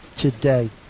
today